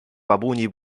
babuni